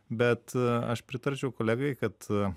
bet aš pritarčiau kolegai kad